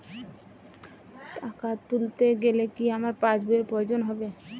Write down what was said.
টাকা তুলতে গেলে কি আমার পাশ বইয়ের প্রয়োজন হবে?